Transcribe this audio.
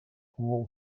all